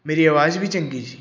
ਮੇਰੀ ਆਵਾਜ਼ ਵੀ ਚੰਗੀ ਸੀ